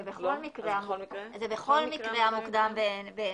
זה בכל מקרה המוקדם מביניהם.